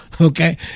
Okay